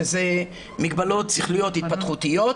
מדובר במגבלות שכליות התפתחותיות.